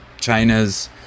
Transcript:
China's